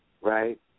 Right